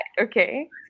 Okay